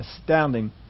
astounding